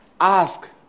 ask